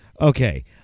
Okay